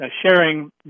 sharing